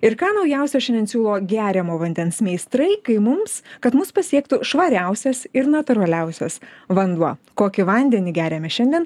ir ką naujausio šiandien siūlo geriamo vandens meistrai kai mums kad mus pasiektų švariausias ir natūraliausias vanduo kokį vandenį geriame šiandien